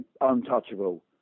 untouchable